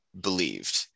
believed